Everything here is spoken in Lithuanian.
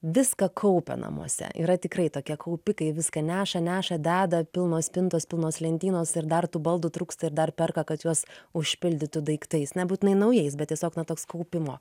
viską kaupia namuose yra tikrai tokie kaupikai viską neša neša deda pilnos spintos pilnos lentynos ir dar tų baldų trūksta ir dar perka kad juos užpildytų daiktais nebūtinai naujais bet tiesiog na toks kaupimo